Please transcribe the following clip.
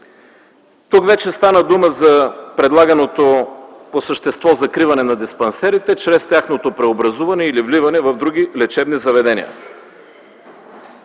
Тук вече стана дума за предлаганото по същество закриване на диспансерите чрез тяхното преобразуване или вливане в други лечебни заведения.